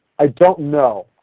i don't know.